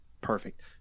perfect